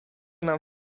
nam